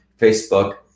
Facebook